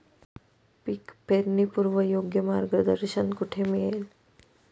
पीक पेरणीपूर्व योग्य मार्गदर्शन कुठे मिळेल?